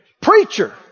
Preacher